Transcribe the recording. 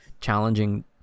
challenging